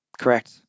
correct